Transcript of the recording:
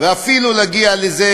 ואפילו להגיע לזה,